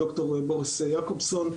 ד"ר בוריס יעקובסון,